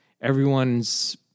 everyone's